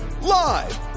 live